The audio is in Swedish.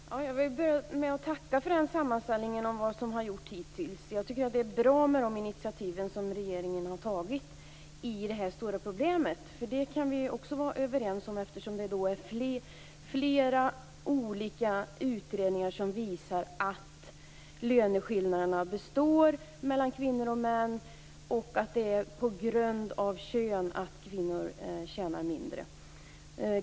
Fru talman! Jag vill börja med att tacka för sammanställningen över vad som har gjorts hittills. Jag tycker att de initiativ som regeringen har tagit för att lösa det här stora problemet är bra. Vi kan vara överens om att löneskillnaderna består mellan kvinnor och män och att kvinnor tjänar mindre på grund av kön. Det har flera olika utredningar visat.